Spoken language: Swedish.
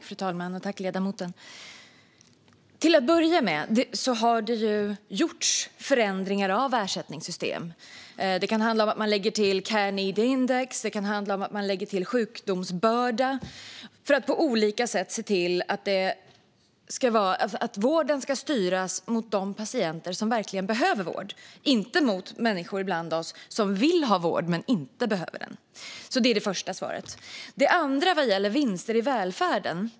Fru talman! Tack, ledamoten, för frågorna! Till att börja med har det gjorts förändringar av ersättningssystem - det kan handla om att man lägger till Care Need Index eller sjukdomsbörda - för att på olika sätt se till att vården ska styras mot de patienter som verkligen behöver vård och inte mot människor bland oss som vill ha vård men inte behöver det. Det är det första svaret. Det andra gäller vinster i välfärden.